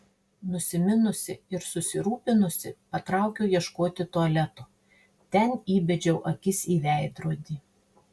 nusiminusi ir susirūpinusi patraukiau ieškoti tualeto ten įbedžiau akis į veidrodį